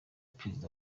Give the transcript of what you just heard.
perezida